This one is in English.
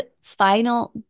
final